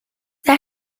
has